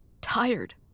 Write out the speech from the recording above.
tired